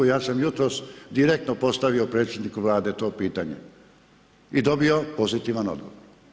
Ja sam jutros direktno postavio predsjedniku Vlade to pitanje i dobio pozitivan odgovor.